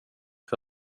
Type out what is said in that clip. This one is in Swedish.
för